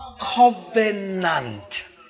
covenant